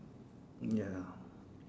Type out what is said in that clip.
ya